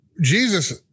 Jesus